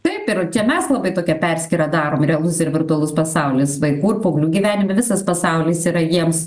taip ir čia mes labai tokią perskyrą darom realus ir virtualus pasaulis vaikų ir paauglių gyvenime visas pasaulis yra jiems